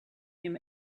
him